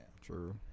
true